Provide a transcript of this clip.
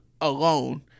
alone